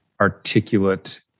articulate